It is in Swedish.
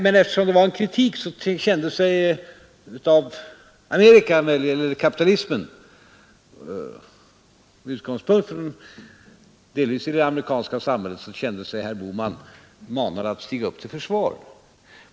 Men eftersom det möjligen var en kritik av USA eller av kapitalismen med utgångspunkt delvis i det amerikanska samhället kände sig herr Bohman manad att stiga upp till försvar.